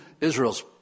Israel's